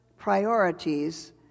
Priorities